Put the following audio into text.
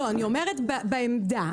לא, אני אומרת, בעמדה.